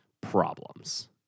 problems